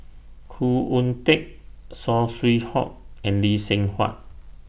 Khoo Oon Teik Saw Swee Hock and Lee Seng Huat